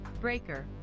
Breaker